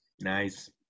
Nice